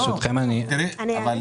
אני אענה